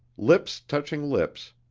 lips touching lips,